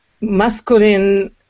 masculine